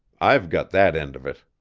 i've got that end of it.